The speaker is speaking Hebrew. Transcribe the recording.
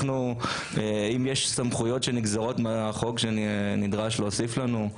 אם יש סמכויות שנגזרות מהחוק שנדרש להוסיף לנו,